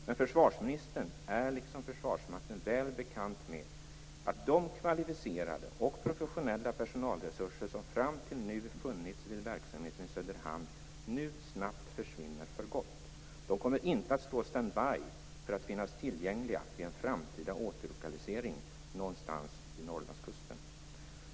Men försvarsministern är, liksom Försvarsmakten, väl bekant med att de kvalificerade och professionella personalresurser som fram till nu funnits vid verksamheten i Söderhamn nu snabbt försvinner för gott. De kommer inte att stå stand by för att finnas tillgängliga vid en framtida återlokalisering någonstans vid Norrlandskusten.